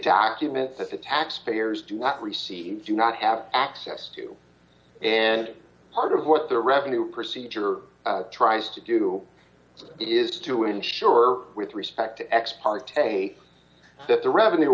document that the taxpayers do not receive do not have access to and part of what the revenue procedure tries to do is to ensure with respect to ex parte that the revenue